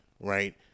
Right